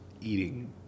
eating